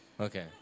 Okay